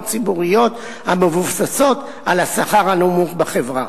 ציבוריות המבוססת על השכר הנמוך בחברה.